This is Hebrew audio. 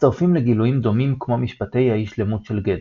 מצטרפים לגילויים דומים כמו משפטי האי-שלמות של גדל.